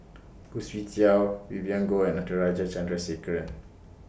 Khoo Swee Chiow Vivien Goh and Natarajan Chandrasekaran